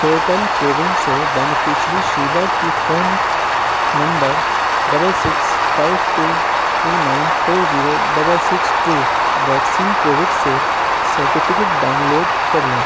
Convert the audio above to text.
portal CoWIN سے beneficiary Shiba کی phone number double six five two two nine four zero double six two vaccine covid سے certificate download کر لیں